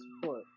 support